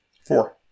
Four